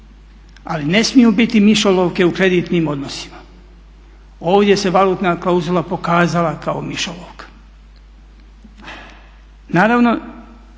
ali ne smiju biti mišolovke u kreditnim odnosima. Ovdje se valutna klauzula pokazala kao mišolovka.